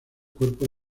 cuerpo